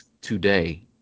today